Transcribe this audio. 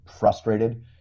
frustrated